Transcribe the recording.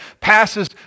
passes